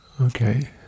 Okay